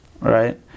right